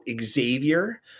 Xavier